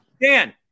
dan